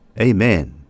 Amen